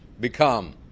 become